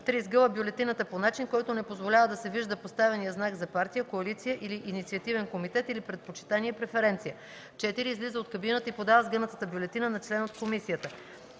3. сгъва бюлетината по начин, който не позволява да се вижда поставеният знак за партия, коалиция или инициативен комитет или предпочитание (преференция); 4. излиза от кабината и подава сгънатата бюлетина на член на комисията.